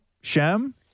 Shem